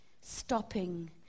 stopping